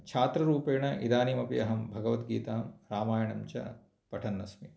छात्ररूपेण इदानीमपि अहं भगवत्गीतां रामायणञ्च पठन् अस्मि